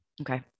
Okay